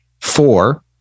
four